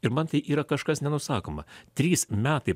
ir man tai yra kažkas nenusakoma trys metai